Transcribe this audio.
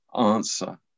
answer